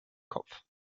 kopf